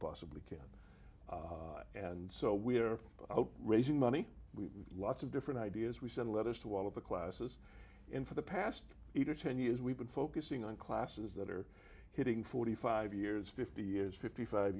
possibly can and so we're raising money we lots of different ideas we send letters to all of the classes in for the past eight or ten years we've been focusing on classes that are hitting forty five years fifty years fifty five